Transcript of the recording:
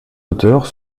auteurs